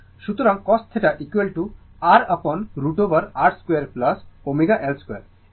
সুতরাং cos θ R upon √ over R 2 ω L 2